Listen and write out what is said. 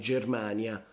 Germania